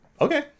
okay